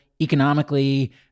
economically